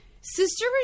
sister